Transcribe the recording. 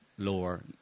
lower